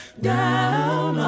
down